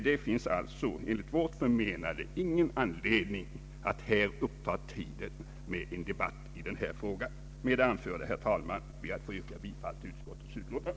Det finns alltså ingen anledning att här uppta tiden med en debatt i denna fråga. Med det anförda, herr talman, ber jag att få yrka bifall till utskottets utlåtande.